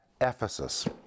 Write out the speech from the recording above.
Ephesus